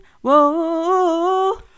whoa